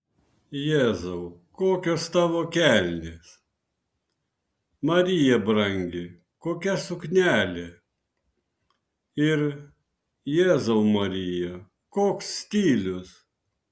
jėzau kokios tavo kelnės marija brangi kokia suknelė ir jėzau marija koks stilius